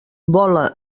vola